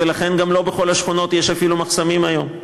ולכן גם לא בכל השכונות יש אפילו מחסומים היום.